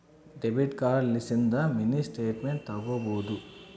debit card ಲಿಸಿಂದ mini statement ತಕ್ಕೊಬೊದು